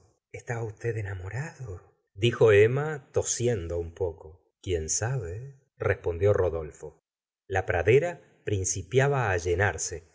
está usted enamorado dijo emma tosiendo un poco quién sabdrespondió rodolfo la pradera principiaba á llenarse